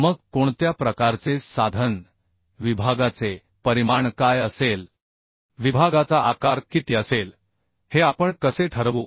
मग कोणत्या प्रकारचे साधन विभागाचे परिमाण काय असेल विभागाचा आकार किती असेल हे आपण कसे ठरवू